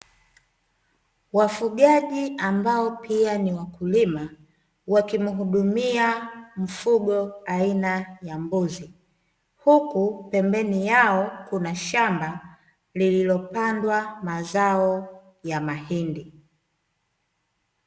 Wafugaji ambao pia ni wakulima, wakimhudumia mfugo aina ya mbuzi, huku pembeni yao kuna shamba lililopandwa mazao ya mahindi.